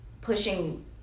pushing